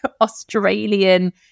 Australian